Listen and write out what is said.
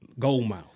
Goldmouth